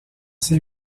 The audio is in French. ces